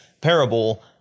parable